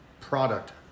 product